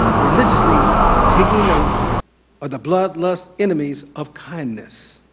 religiously taking note or the blood lust enemies of kindness.